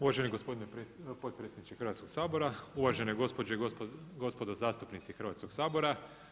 Uvaženi gospodine potpredsjedniče Hrvatskog sabora, uvažene gospođe i gospodo zastupnici Hrvatskog sabora.